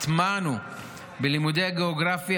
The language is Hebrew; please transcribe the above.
הטמענו בלימודי גיאוגרפיה,